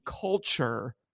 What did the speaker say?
culture